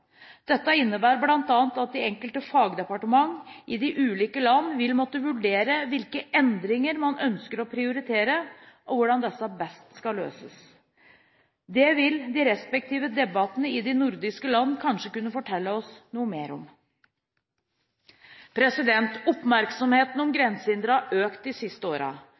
Dette innebærer bl.a. at de enkelte fagdepartement i de ulike land vil måtte vurdere hvilke endringer man ønsker å prioritere, og hvordan disse best kan løses. Det vil de respektive debattene i de nordiske land kanskje kunne fortelle oss noe mer om. Oppmerksomheten om grensehindre har økt de siste